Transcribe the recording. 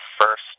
first